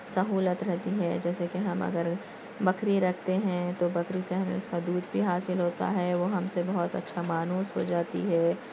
سہولت رہتی ہے جیسے کہ ہم اگر بکری رکھتے ہیں تو بکری سے ہمیں اس کا دودھ بھی حاصل ہوتا ہے وہ ہم سے بہت اچھا مانوس ہو جاتی ہے